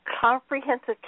comprehensive